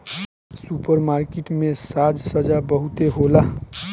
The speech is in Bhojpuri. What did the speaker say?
सुपर मार्किट में साज सज्जा बहुते होला